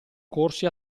corsi